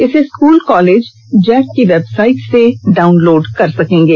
इसे school college JAC की website से डाउनलोड कर सकेंगे